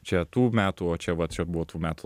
čia tų metų o čia va čia buvo tų metų